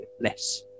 less